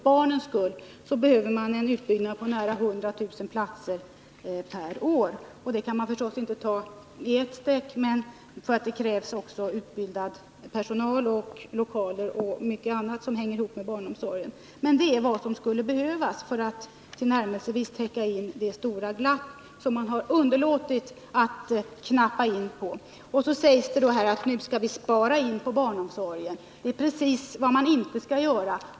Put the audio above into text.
Vi behöver då en utbyggnad med nära 100 000 platser per år. Detta kan man naturligtvis inte ordna på en gång, eftersom det även behövs utbildad personal, lokaler och annat som hänger ihop med barnomsorgen. Det är emellertid vad som skulle behövas för att ens tillnärmelsevis täcka in det stora glapp i tillgodoseendet av behoven vilket man har underlåtit att knappa in på. Nu skall vi spara in på barnomsorgen, heter det. Det är precis vad man inte skall göra.